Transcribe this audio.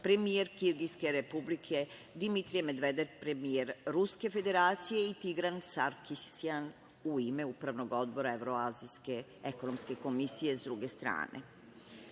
premijer Kirgijske Republike, Dmitri Medvedev, premijer Ruske Federacije i Tigran Sarkis Sjan u ime Upravnog odbora Evroazijske ekonomske komisije, sa druge